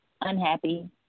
unhappy